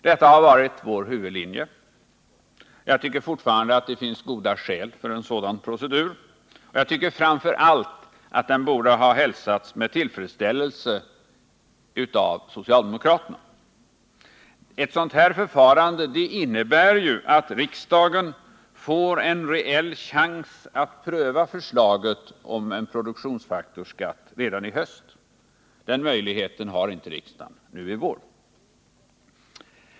Detta har varit vår huvudlinje, och jag tycker fortfarande att det finns goda skäl för en sådan procedur. Jag tycker framför allt att den borde ha hälsats med tillfredsställelse av socialdemokraterna. Ett sådant här förfarande innebär ju att riksdagen sannolikt får en reell chans att pröva förslaget om en ny produktionsfaktorsskatt redan i höst. Den möjligheten har inte riksdagen nu i vår.